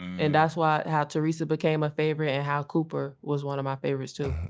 and that's why, how teresa became a favorite and how cooper was one of my favorites too.